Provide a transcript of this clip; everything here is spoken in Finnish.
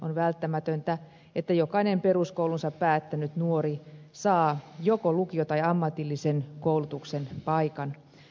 on välttämätöntä että jokainen peruskoulunsa päättänyt nuori saa joko lukio tai ammatillisen koulutuksen paikan